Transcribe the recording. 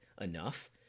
enough